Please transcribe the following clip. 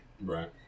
Right